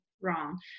wrong